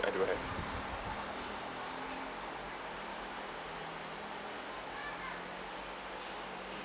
I do have